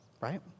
Right